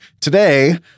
Today